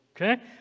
Okay